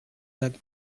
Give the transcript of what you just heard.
zaak